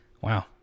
wow